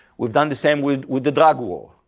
we've done the same with with the drug war,